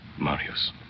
Marius